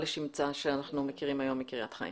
לשמצה שאנחנו מכירים היום מקריית חיים.